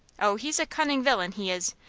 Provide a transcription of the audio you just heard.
oh, he's a cunning villain, he is,